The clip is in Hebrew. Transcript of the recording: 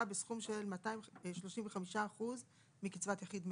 בסכום של 235 אחוזים מקצבת יחיד מלאה,